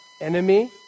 enemy